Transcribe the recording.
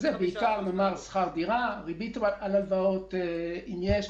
שזה בעיקר שכר דירה וריבית על הלוואות אם יש.